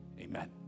Amen